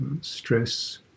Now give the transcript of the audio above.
stress